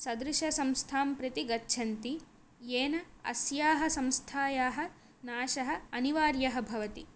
सदृशसंस्थां प्रति गच्छन्ति येन अस्याः संस्थायाः नाशः अनिवार्यः भवति